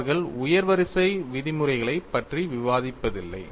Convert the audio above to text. அவர்கள் உயர் வரிசை விதிமுறைகளைப் பற்றி விவாதிப்பதில்லை